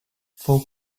fou